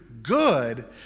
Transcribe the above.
Good